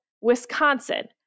Wisconsin